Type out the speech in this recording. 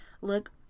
look